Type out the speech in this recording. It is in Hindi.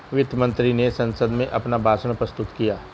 वित्त मंत्री ने संसद में अपना भाषण प्रस्तुत किया